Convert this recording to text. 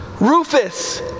Rufus